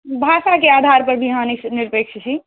भाषाके आधारपर भी अहाँ निरपेक्ष छी